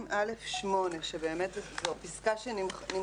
יש את (2א8), שבאמת זו פסקה שנמחקת